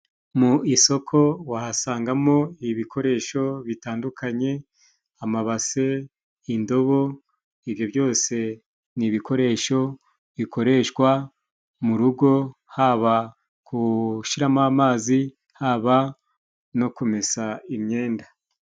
Mu isoko wahasangamo ibikoresho bitandukanye amabase, indobo ibyo byose ni ibikoresho bikoreshwa mu rugo haba gushyiramo amazi haba no kumesa imyenda.